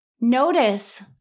Notice